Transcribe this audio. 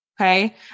Okay